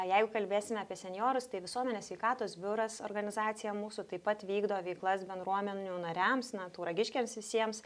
jeigu kalbėsime apie senjorus tai visuomenės sveikatos biuras organizacija mūsų taip pat vykdo veiklas bendruomenių nariams na tauragiškiams visiems